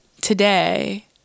today